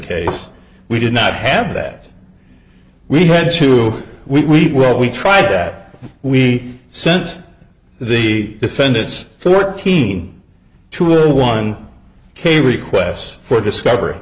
case we did not have that we had to we were we tried that we sent the defendants fourteen to one ok requests for discovery